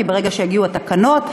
כי ברגע שיגיעו התקנות,